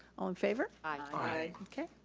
all in favor? aye. okay,